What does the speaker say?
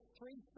three